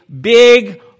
big